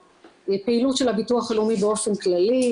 הפעילות של הביטוח הלאומי באופן כללי,